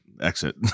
exit